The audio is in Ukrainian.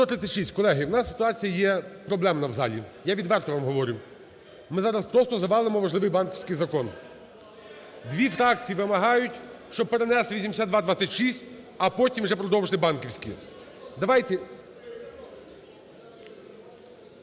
Колеги, у нас ситуація є проблемна в залі, я відверто вам говорю, ми зараз просто завалимо важливий банківський закон. Дві фракції вимагають, щоб перенести 8226, а потім вже продовжити банківський.